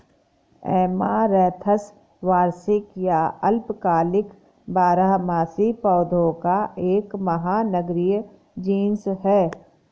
amaranthus वार्षिक या अल्पकालिक बारहमासी पौधों का एक महानगरीय जीनस है